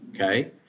okay